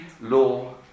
law